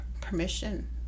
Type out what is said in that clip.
permission